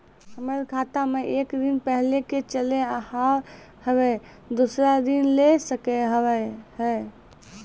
हमर खाता मे एक ऋण पहले के चले हाव हम्मे दोबारा ऋण ले सके हाव हे?